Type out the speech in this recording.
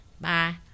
bye